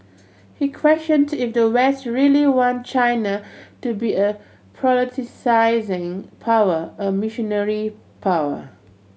he questioned if the West really want China to be a power a missionary power